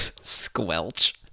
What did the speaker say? Squelch